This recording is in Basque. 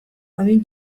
adin